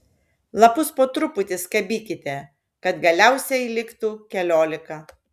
lapus po truputį skabykite kad galiausiai liktų keliolika